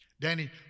Danny